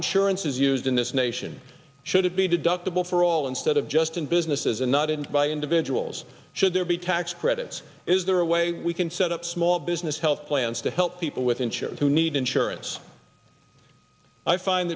insurance is used in this nation should be deductible for all instead of just in businesses and not and by individuals should there be tax credits is there a way we can set up small business health plans to help people with insurance who need insurance i find